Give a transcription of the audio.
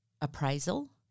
appraisal